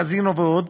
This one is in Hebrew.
קזינו ועוד,